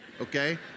okay